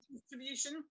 distribution